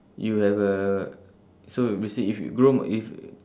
you will have a so basic~ if you grow m~ if